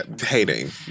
hating